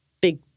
big